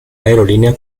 aerolínea